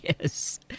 Yes